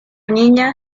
niña